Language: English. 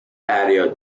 patio